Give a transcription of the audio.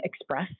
express